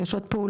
יש עוד פעולות,